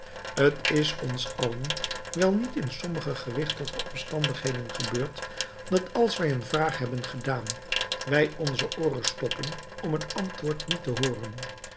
t ons allen wel niet in sommige gewichtige omstandigheden gebeurd dat als wij een vraag hebben gedaan wij onze ooren stoppen om het antwoord niet te hooren